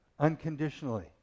Unconditionally